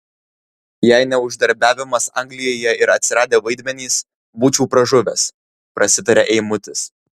jei ne uždarbiavimas anglijoje ir atsiradę vaidmenys būčiau pražuvęs prasitaria eimutis